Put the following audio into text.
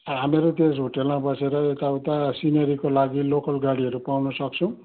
हामीहरू त्यस होटेलमा बसेर यताउता सिनेरीको लागि लोकल गाडीहरू पाउन सक्छौँ